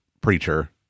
preacher